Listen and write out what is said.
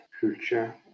culture